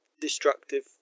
destructive